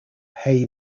hey